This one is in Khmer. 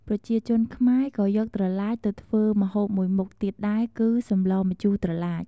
ប្រជាជនខ្មែរក៏យកត្រឡាចទៅធ្វើម្ហូបមួយមុខទៀតដែរ គឺសម្លម្ជូរត្រឡាច។